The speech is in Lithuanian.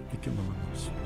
iki malonaus